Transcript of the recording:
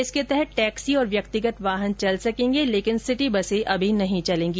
इसके तहत टैक्सी और व्यक्तिगत वाहन चल सकेंगे लेकिन सिटी बसे अभी नहीं चलेगी